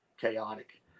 chaotic